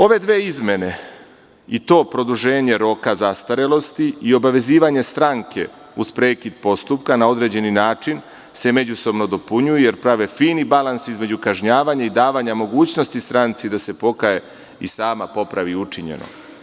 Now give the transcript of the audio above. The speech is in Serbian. Ove dve izmene i to produženje roka zastarelosti i obavezivanje stranke uz prekid postupka na određeni način se međusobno dopunjuju, jer prave fini balans između kažnjavanja i davanja mogućnosti stranci da se pokaje i sama popravi učinjeno.